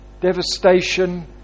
devastation